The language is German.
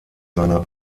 seiner